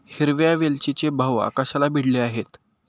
हिरव्या वेलचीचे भाव आकाशाला भिडले आहेत